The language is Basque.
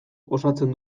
osatzen